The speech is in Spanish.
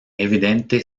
evidente